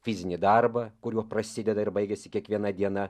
fizinį darbą kuriuo prasideda ir baigiasi kiekviena diena